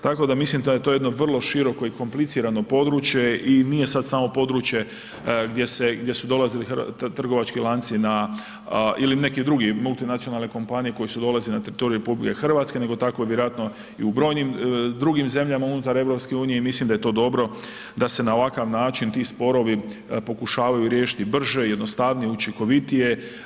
Tako da mislim da je to jedno vrlo široko i komplicirano područje i nije sad samo područje gdje su dolazili trgovački lanci ili neki drugi multinacionalne kompanije koje su dolazile na teritorij RH neko tako je vjerojatno i u brojnim drugim zemljama unutar EU i mislim da je to dobro da se ovakav način ti sporovi pokušavaju riješiti brže, jednostavnije, učinkovitije.